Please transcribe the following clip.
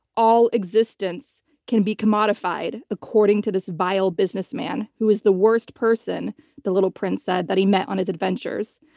all existence can be commodified according to this vile businessman who is the worst person the little prince said that he met on his adventures.